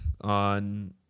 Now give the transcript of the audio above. on